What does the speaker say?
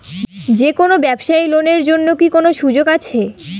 যে কোনো ব্যবসায়ী লোন এর জন্যে কি কোনো সুযোগ আসে?